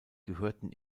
gehörten